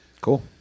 Cool